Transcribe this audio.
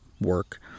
work